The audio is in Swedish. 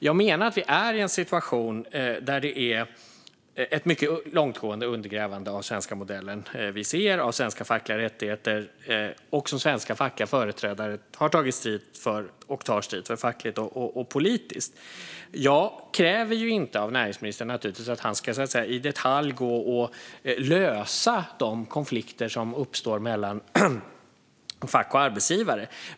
Jag menar att vi är i en situation där det är ett mycket långtgående undergrävande av den svenska modellen och svenska fackliga rättigheter som svenska fackliga företrädare har tagit strid mot och tar strid mot fackligt och politiskt. Jag kräver inte av näringsministern att han i detalj ska lösa de konflikter som uppstår mellan fack och arbetsgivare.